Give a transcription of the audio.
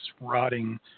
rotting